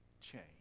Change